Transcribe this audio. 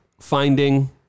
finding